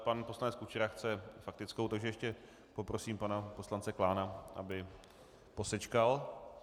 Pan poslanec Kučera chce faktickou, takže ještě poprosím pana poslance Klána, aby posečkal.